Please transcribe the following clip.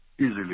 Easily